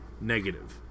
negative